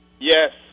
Yes